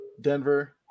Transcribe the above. Denver